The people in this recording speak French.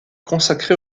consacré